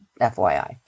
FYI